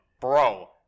Bro